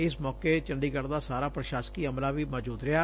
ਇਸ ਮੌਕੇ ਚੰਡੀਗੜੁ ਦਾ ਸਾਰਾ ਪ੍ਸ਼ਾਸਕੀ ਅਮਲਾ ਵੀ ਮੌਜੂਦ ਰਿੱਹਾ